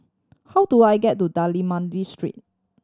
how do I get to Street